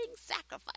sacrifice